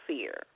Fear